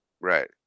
Right